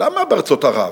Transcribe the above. למה בארצות ערב?